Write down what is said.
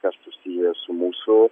kas susiję su mūsų